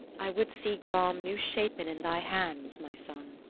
i would see gram new-shapen in thy hands, my son.